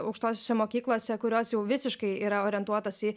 aukštosiose mokyklose kurios jau visiškai yra orientuotos į